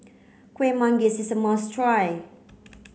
Kueh Manggis is a must try